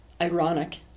ironic